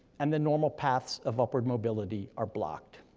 and the normal paths of upward mobility are blocked.